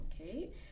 Okay